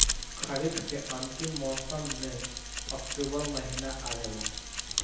खरीफ़ के अंतिम मौसम में अक्टूबर महीना आवेला?